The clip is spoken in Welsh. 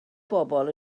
bobol